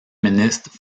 ministre